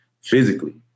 physically